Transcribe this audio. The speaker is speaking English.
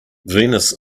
venus